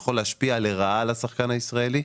יכול להשפיע לרעה על השחקן הישראלי,